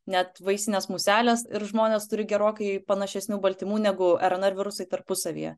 net vaisinės muselės ir žmonės turi gerokai panašesnių baltymų negu rnr virusai tarpusavyje